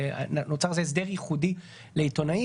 נוצר הסדר ייחודי לעיתונאים.